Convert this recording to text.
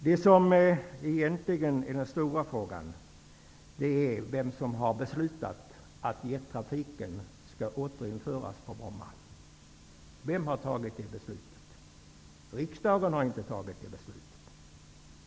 Det som egentligen är den stora frågan är vem som har beslutat att jettrafiken skall återinföras på Bromma. Vem har fattat det beslutet? Riksdagen har inte fattat det beslutet.